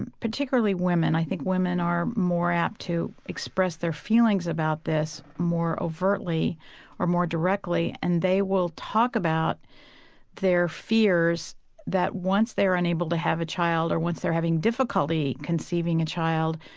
and particularly women i think women are more out to express their feelings about this more overtly or more directly and they will talk about their fears that once they're unable to have child, or once they're having difficulty conceiving a child,